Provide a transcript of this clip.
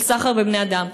סחר בבני אדם.